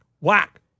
whack